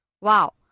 Wow